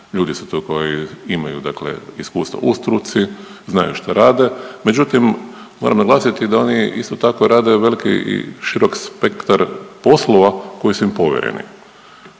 Ljudi su to koji imaju dakle iskustvo u struci, znaju što rade. Međutim, moram naglasiti da oni isto tako rade velik i širok spektar poslova koji su im povjereni.